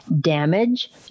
damage